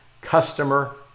customer